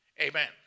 Amen